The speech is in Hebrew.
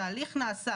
התהליך נעשה.